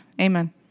Amen